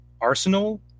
Arsenal